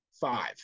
five